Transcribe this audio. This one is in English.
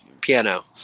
piano